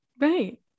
Right